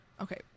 okay